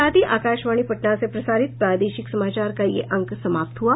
इसके साथ ही आकाशवाणी पटना से प्रसारित प्रादेशिक समाचार का ये अंक समाप्त हुआ